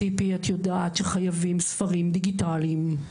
ציפי את יודעת שחייבים ספרים דיגיטליים.